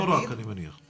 אני מניח שלא רק.